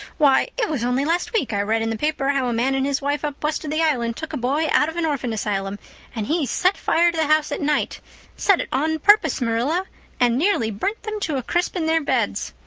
why, it was only last week i read in the paper how a man and his wife up west of the island took a boy out of an orphan asylum and he set fire to the house at night set it on purpose, marilla and nearly burnt them to a crisp in their beds.